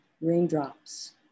raindrops